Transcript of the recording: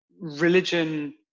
religion